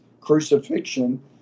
crucifixion